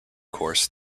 course